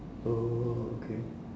oh okay